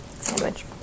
Sandwich